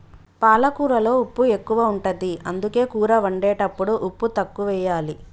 పాలకూరలో ఉప్పు ఎక్కువ ఉంటది, అందుకే కూర వండేటప్పుడు ఉప్పు తక్కువెయ్యాలి